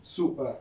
soup ah